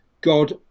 God